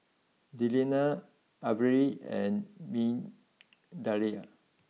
Delina Averi and Migdalia